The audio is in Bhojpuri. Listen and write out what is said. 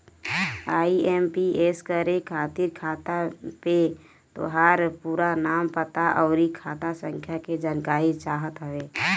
आई.एम.पी.एस करे खातिर खाता पे तोहार पूरा नाम, पता, अउरी खाता संख्या के जानकारी चाहत हवे